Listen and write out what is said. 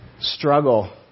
struggle